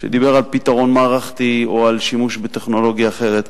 שדיבר על פתרון מערכתי או על שימוש בטכנולוגיה אחרת.